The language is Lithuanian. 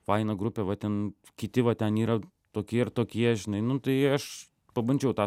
faina grupė va ten kiti va ten yra tokie ir tokie žinai nu tai aš pabandžiau tą